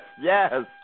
yes